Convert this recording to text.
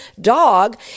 dog